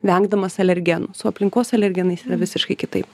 vengdamas alergenų su aplinkos alergenais yra visiškai kitaip